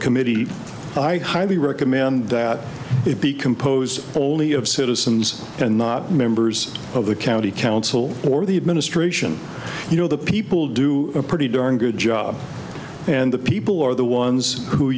committee i highly recommend that it be composed only of citizens and not members of the county council or the administration you know the people do a pretty darn good job and the people are the ones who